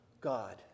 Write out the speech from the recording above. God